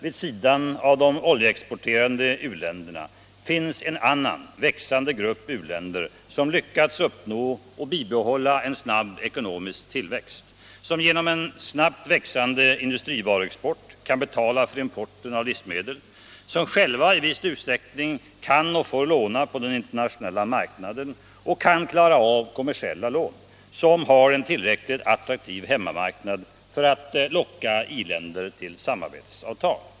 Vid sidan av de oljeexporterande u-länderna finns en annan, växande grupp uländer som lyckats uppnå och bibehålla en snabb ekonomisk tillväxt, som genom en snabbt växande industrivaruexport kan betala för importen av livsmedel, som själva i viss utsträckning kan och får låna på den internationella marknaden och kan klara av kommersiella lån och som har en tillräckligt attraktiv hemmamarknad för att locka i-länderna till samarbetsavtal.